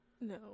No